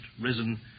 risen